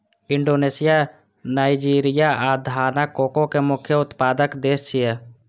Indonesia, Nigeria आ Ghana cocoa के मुख्य उत्पादक देश छियै